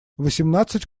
восемнадцать